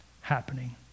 happening